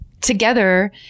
Together